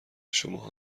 شماها